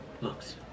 looks